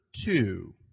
two